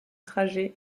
trajet